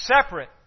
separate